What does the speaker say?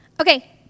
Okay